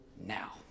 now